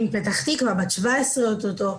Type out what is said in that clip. אני מפתח תקווה, בת 17 אוטוטו.